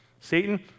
Satan